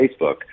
Facebook